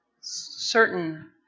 Certain